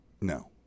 No